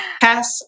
pass